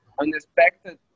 unexpected